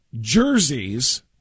Jerseys